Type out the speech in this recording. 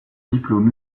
diplôme